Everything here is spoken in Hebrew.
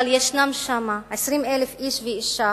אבל יש שם 20,000 איש ואשה